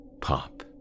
Pop